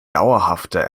dauerhafter